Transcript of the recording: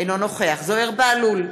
אינו נוכח זוהיר בהלול,